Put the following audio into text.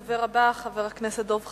הדובר הבא, חבר הכנסת דב חנין,